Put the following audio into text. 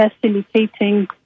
facilitating